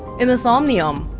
in the somnium